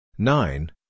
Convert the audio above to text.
Nine